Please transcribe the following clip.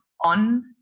on